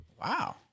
Wow